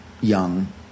young